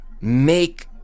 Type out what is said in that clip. make